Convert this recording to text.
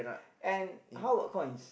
and how about coins